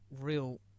real